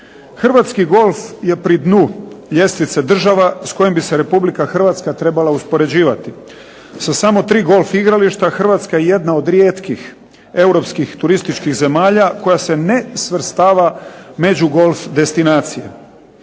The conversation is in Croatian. Hrvatski golf je pri dnu ljestvice država s kojim bi se Republika Hrvatska trebala uspoređivati. Sa samo tri golf igrališta Hrvatska je jedna od rijetkih europskih turističkih zemalja koja se ne svrstava među golf destinacije.